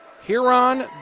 Huron